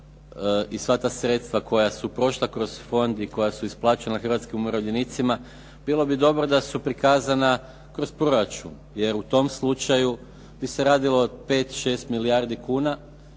i sva ta sredstva koja su prošla kroz fond i koja su isplaćena hrvatskim umirovljenicima, bilo bi dobro da su prikazana kroz proračun, jer u tom slučaju bi se radilo o 5, 6 milijardi kuna